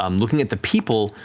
um looking at the people,